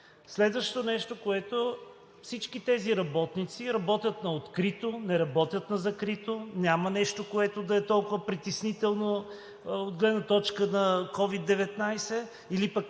Следващото нещо, което е – всички тези работници работят на открито, не работят на закрито, няма нещо, което да е толкова притеснително от гледна точка на COVID-19 или пък